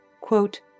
Quote